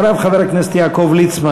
אחריו חבר הכנסת יעקב ליצמן,